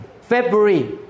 February